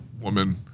woman